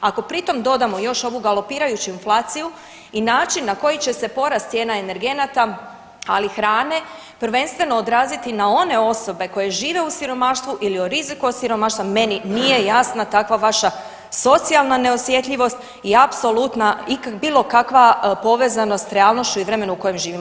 Ako pritom dodamo još ovu galopirajuću inflaciju i način na koji će se porast cijena energenata, ali i hrane prvenstveno odraziti na one osobe koje žive u siromaštvu ili u riziku od siromaštva meni nije jasna takva vaša socijalna neosjetljivost i apsolutna bilo kakva povezanost sa realnošću i vremenu u kojem živimo.